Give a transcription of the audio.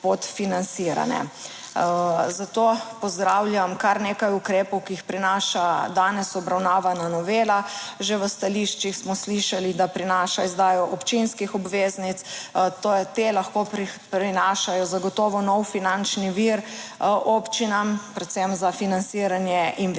Zato pozdravljam kar nekaj ukrepov, ki jih prinaša danes obravnavana novela. Že v stališčih smo slišali, da prinaša izdajo občinskih obveznic, te lahko prinašajo zagotovo nov finančni vir občinam predvsem za financiranje investicij.